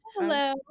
Hello